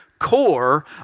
core